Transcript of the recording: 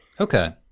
Okay